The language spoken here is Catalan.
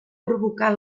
provocar